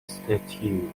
statue